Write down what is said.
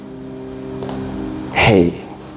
Hey